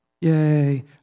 Yay